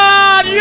God